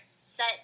set